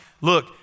Look